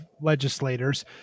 legislators